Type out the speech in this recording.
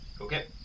Okay